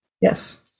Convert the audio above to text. yes